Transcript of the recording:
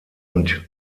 und